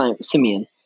Simeon